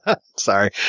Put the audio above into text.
sorry